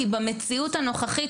כי במציאות הנוכחית,